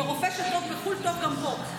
ורופא שטוב בחו"ל טוב גם פה.